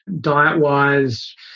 Diet-wise